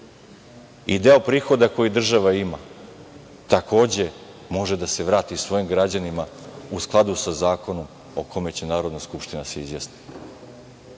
i deo prihoda koja država ima, takođe, može da se vrati svojim građanima u skladu sa zakonom o kome će Narodna skupština da se izjasni. To